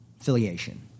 affiliation